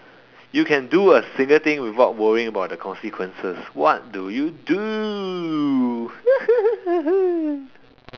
you can do a single thing without worrying about the consequences what do you do